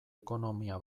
ekonomia